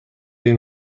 این